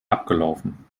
abgelaufen